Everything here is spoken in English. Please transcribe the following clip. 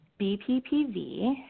BPPV